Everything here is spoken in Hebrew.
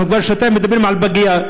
אנחנו כבר שנתיים מדברים על פגייה,